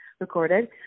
recorded